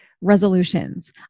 resolutions